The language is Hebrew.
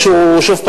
שוב,